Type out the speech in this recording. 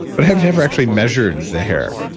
but have never actually measured the hair,